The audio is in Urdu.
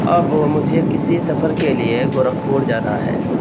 اب مجھے کسی سفر کے لیے گورکھپور جانا ہے